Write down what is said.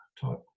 type